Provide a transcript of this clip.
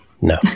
No